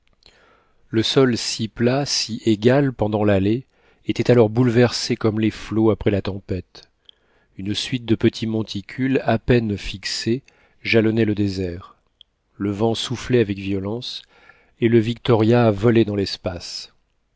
le sol si plat si égal pendant l'aller était alors bouleversé comme les flots après la tempête une suite de petits monticules à peine fixés jalonnaient le désert le vent soufflait avec violence et le victoria volait dans l'espace